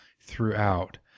throughout